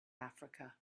africa